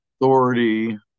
authority